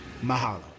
mahalo